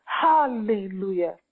Hallelujah